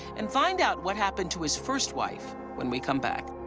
and find out what happened to his first wife when we come back.